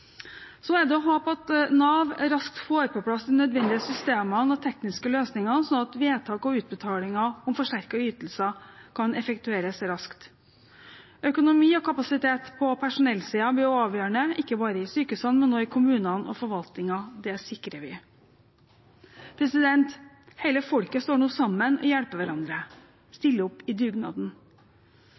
Så er det å håpe at Nav raskt får på plass de nødvendige systemene og tekniske løsningene, slik at vedtak og utbetalinger om forsterkede ytelser kan effektueres raskt. Økonomi og kapasitet på personellsiden blir avgjørende, ikke bare i sykehusene, men også i kommunene og i forvaltningen. Det sikrer vi. Hele folket står nå sammen om å hjelpe hverandre og om å stille opp i dugnaden.